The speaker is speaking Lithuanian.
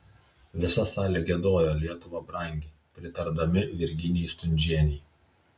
visa salė giedojo lietuva brangi pritardami virginijai stundžienei